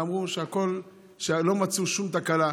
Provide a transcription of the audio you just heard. ואמרו שלא מצאו שום תקלה.